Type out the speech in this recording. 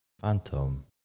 Phantom